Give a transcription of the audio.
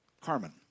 Carmen